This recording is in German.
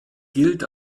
gilt